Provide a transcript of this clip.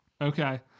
Okay